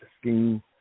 scheme